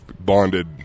Bonded